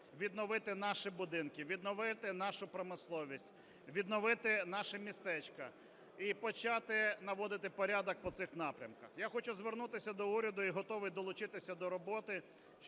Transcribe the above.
відновити наші будинки, відновити нашу промисловість, відновити наші містечка і почати наводити порядок по цих напрямках. Я хочу звернутися до уряду і готовий долучитися до роботи